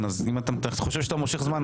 מי בעד?